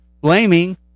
blaming